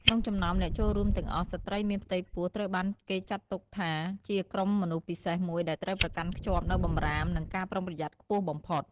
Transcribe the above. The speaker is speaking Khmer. ក្នុងចំណោមអ្នកចូលរួមទាំងអស់ ស្ត្រីមានផ្ទៃពោះត្រូវបានគេចាត់ទុកថាជាក្រុមមនុស្សពិសេសមួយ ដែលត្រូវប្រកាន់ខ្ជាប់នូវបម្រាម និងការប្រុងប្រយ័ត្នខ្ពស់បំផុត។